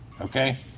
okay